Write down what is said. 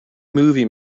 movie